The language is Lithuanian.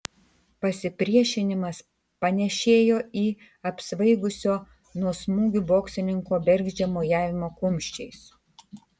pasipriešinimas panėšėjo į apsvaigusio nuo smūgių boksininko bergždžią mojavimą kumščiais